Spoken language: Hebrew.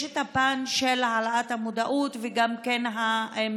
יש את הפן של העלאת המודעות וגם המניעה.